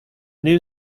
new